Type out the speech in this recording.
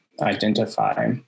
identify